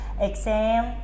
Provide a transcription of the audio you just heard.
exam